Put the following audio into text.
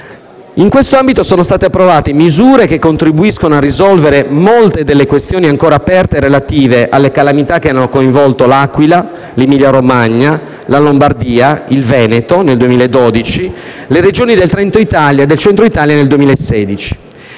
In questo ambito sono state approvate misure che contribuiscono a risolvere molte delle questioni ancora aperte relative alle calamità che hanno coinvolto L'Aquila, l'Emilia-Romagna, la Lombardia, il Veneto nel 2012 e le Regioni del Centro Italia nel 2016.